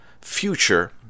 future